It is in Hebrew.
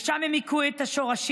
ושם הם הכו שורשים.